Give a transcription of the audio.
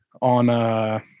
on